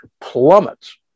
plummets